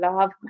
love